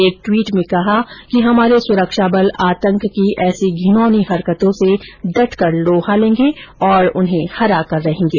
एक ट्वीट में उन्होंने कहा है कि हमारे सुरक्षा बल आतंक की ऐसी धिनौनी हरकतोंसे डटकर लोहा लेंगे और उन्हें हराकर रहेंगे